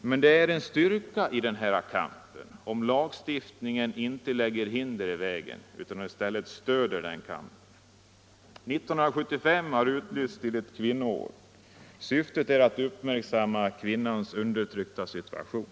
Men det är en styrka i den kampen om lagstiftningen inte lägger hinder i vägen utan i stället stöder kampen. 1975 har utlysts som ett kvinnoår. Syftet är att uppmärksamma kvinnans undertryckta situation.